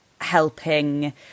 helping